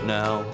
now